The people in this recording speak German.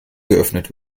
geöffnet